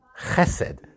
chesed